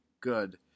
good